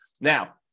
now